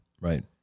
Right